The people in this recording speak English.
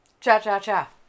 Cha-cha-cha